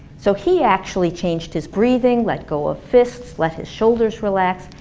so he actually changed his breathing, let go of fists, let his shoulders relax,